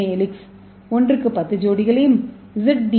ஏ helix ஒன்றுக்கு 10 அடிப்படை ஜோடிகளையும் இசட் டி